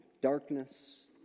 Darkness